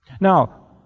Now